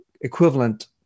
equivalent